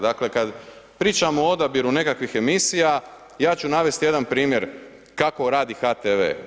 Dakle kad pričamo o odabiru nekakvih emisija, ja ću navesti jedan primjer kako radi HTV.